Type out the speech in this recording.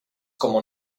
como